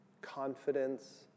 confidence